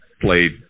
played